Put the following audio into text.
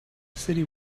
city